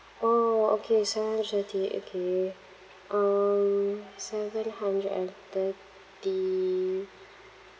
orh okay seven hundred and thirty okay um seven hundred and thirty